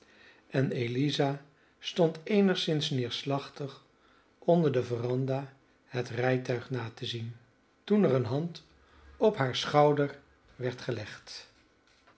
en eliza stond eenigszins neerslachtig onder de veranda het rijtuig na te zien toen er een hand op haren schouder werd gelegd